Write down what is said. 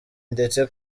ndetse